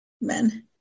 men